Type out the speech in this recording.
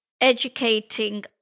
educating